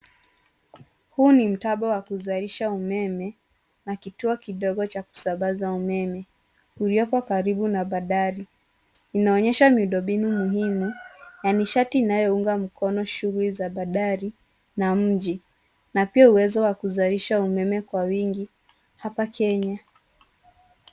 Huu ni mtambo wa kuzalisha umeme na kituo kidogo cha kusambaza umeme ulioko karibu na bandari. Unaonyesha miundombinu muhimu ya nishati inayounga mkono shughuli za bandari na mji na pia uwezo wa kuzalisha umeme kwa wingi hapa Kenya.